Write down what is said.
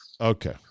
Okay